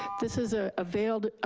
this is a veiled